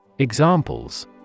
Examples